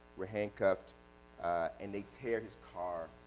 we're handcuffed and they tear his car